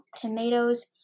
tomatoes